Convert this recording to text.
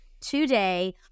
today